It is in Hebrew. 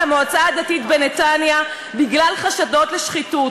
המועצה הדתית בנתניה בגלל חשדות לשחיתות.